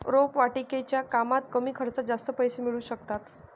रोपवाटिकेच्या कामात कमी खर्चात जास्त पैसे मिळू शकतात